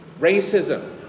racism